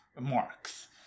Marks